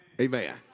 Amen